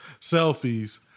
selfies